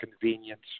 convenience